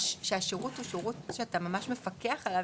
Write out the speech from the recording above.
שהשירות הוא שירות שאתה ממש מפקח עליו